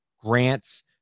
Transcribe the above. grants